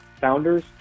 founders